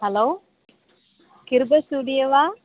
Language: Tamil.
ஹலோ கிருபா ஸ்டுடியோவா